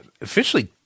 officially